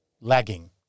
lagging